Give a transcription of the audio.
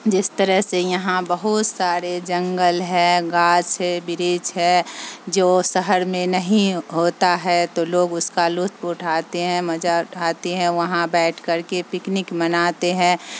جس طرح سے یہاں بہت سارے جنگل ہے گاچھ ہے برچھ ہے جو شہر میں نہیں ہوتا ہے تو لوگ اس کا لطف اٹھاتے ہیں مزہ اٹھاتے ہیں وہاں بیٹھ کر کے پکنک مناتے ہیں